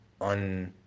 on